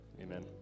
amen